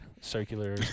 circular